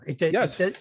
Yes